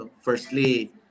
firstly